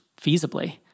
feasibly